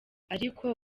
ariko